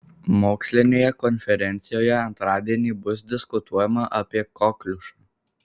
mokslinėje konferencijoje antradienį bus diskutuojama apie kokliušą